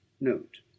Note